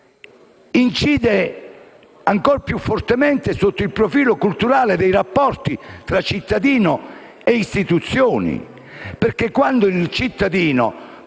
incide ancora più fortemente sotto il profilo culturale dei rapporti tra cittadino e istituzioni,